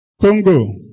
Congo